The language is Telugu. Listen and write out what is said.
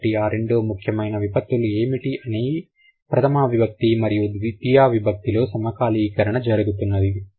కాబట్టి ఆ రెండూ ముఖ్యమైన విభక్తులు ఏమిటి అవి ప్రథమా విభక్తి మరియు ద్వితీయా విభక్తిలో సమకాలీకరణ జరుగుతున్నది